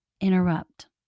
interrupt